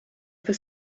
for